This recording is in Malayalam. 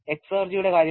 എക്സർജിയുടെ കാര്യമോ